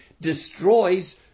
destroys